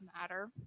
matter